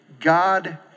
God